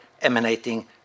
emanating